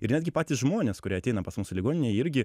ir netgi patys žmonės kurie ateina pas mus į ligoninę irgi